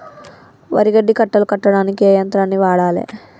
వరి గడ్డి కట్టలు కట్టడానికి ఏ యంత్రాన్ని వాడాలే?